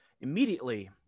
Immediately